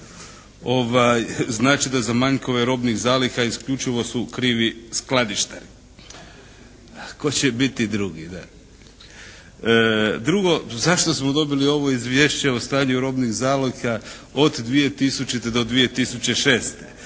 Znači da za manjkove robnih zaliha isključivo su krivi skladištari. Tko će biti drugi, da? Drugo, zašto smo dobili ovo Izvješće o stanju robnih zaliha od 2000. do 2006.?